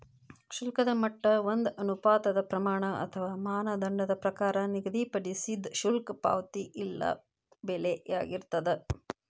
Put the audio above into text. ಶುಲ್ಕದ ಮಟ್ಟ ಒಂದ ಅನುಪಾತದ್ ಪ್ರಮಾಣ ಅಥವಾ ಮಾನದಂಡದ ಪ್ರಕಾರ ನಿಗದಿಪಡಿಸಿದ್ ಶುಲ್ಕ ಪಾವತಿ ಇಲ್ಲಾ ಬೆಲೆಯಾಗಿರ್ತದ